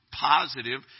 positive